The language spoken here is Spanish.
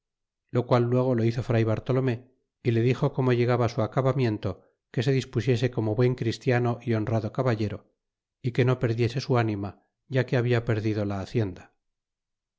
lo qual luego lo hizo fr bartolome y le dixo como llegaba su acabamiento que se dispusiese como buen christiano y honrado caballero y que no perdiese su nima ya que habia perdido la hacienda